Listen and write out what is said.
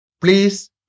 please